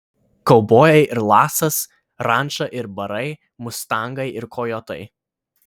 kaubojai ir lasas ranča ir barai mustangai ir kojotai